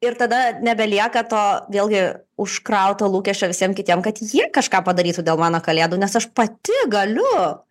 ir tada nebelieka to vėlgi užkrautaolūkesčio visiem kitiem kad jie kažką padarytų dėl mano kalėdų nes aš pati galiu